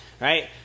Right